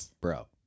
Bro